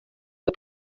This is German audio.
für